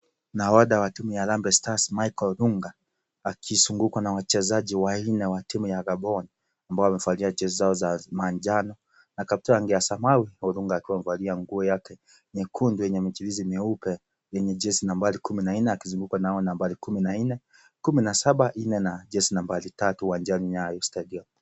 Naodha wa Kenya Michael Olunga akizungukwa na wachezaji wanne wa Gabon, ambao wamevalia jezi zao za manjano na kaptura za rangi ya samawi, Olunga akiwa amevalia nguo yake nyekundu yenye mijirizi nyeupe yenye jezi nambari 14,akizungukwana nao nambari 14,17,4 na 3 uwanjani Nyayo stadium.